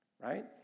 right